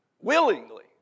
Willingly